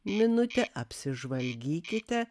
minutę apsižvalgykite